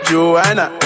Joanna